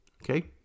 Okay